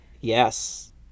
yes